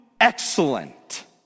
excellent